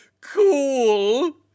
cool